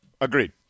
Agreed